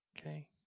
Okay